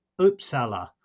Uppsala